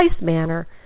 manner